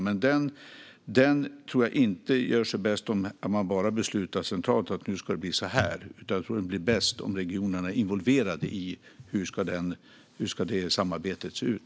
Men det tror jag inte görs bäst genom att vi beslutar centralt hur det ska bli, utan jag tror att det blir bäst om regionerna är involverade i hur samarbetet ska se ut.